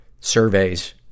surveys